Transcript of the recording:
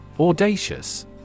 Audacious